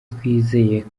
twizeye